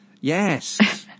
Yes